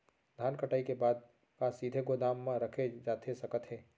धान कटाई के बाद का सीधे गोदाम मा रखे जाथे सकत हे?